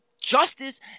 justice